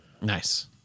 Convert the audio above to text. Nice